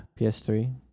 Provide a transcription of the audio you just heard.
PS3